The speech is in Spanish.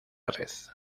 red